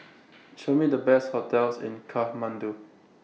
Show Me The Best hotels in Kathmandu